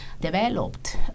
developed